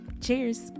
Cheers